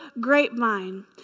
grapevine